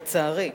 לצערי,